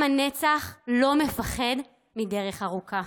עם הנצח לא מפחד מדרך ארוכה.